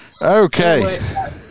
okay